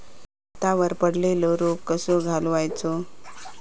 भातावर पडलेलो रोग कसो घालवायचो?